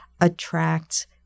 attracts